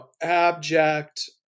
abject